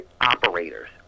operators